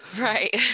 Right